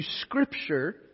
Scripture